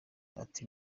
ati